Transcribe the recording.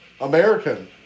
American